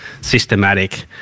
systematic